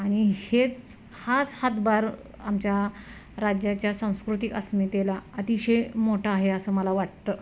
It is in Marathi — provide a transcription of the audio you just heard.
आणि हेच हाच हातभार आमच्या राज्याच्या सांस्कृतिक अस्मितेला अतिशय मोठं आहे असं मला वाटतं